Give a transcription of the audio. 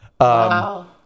Wow